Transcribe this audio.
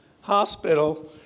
Hospital